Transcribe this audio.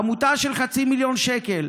עמותה של חצי מיליון שקל,